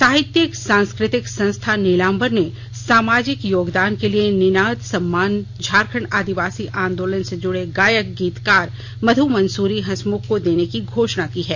साहित्यिक सांस्कृतिक संस्था नीलांबर ने सामाजिक योगदान के लिए निनाद सम्मान झारखण्ड आदिवासी आंदोलन से जुड़े गायक गीतकार मधु मंसूरी हंसमुख को देने की घोषणा की है